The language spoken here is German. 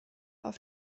auf